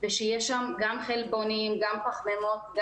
ושיהיה שם גם חלבונים, גם פחמימות.